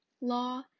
law